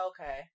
okay